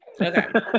Okay